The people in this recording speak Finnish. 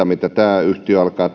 mitä tämä yhtiö alkaa